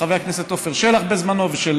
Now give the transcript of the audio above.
של חבר הכנסת עפר שלח ואחרים.